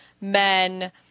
men